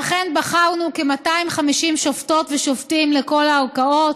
ואכן בחרנו כ-250 שופטות ושופטים לכל הערכאות,